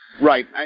Right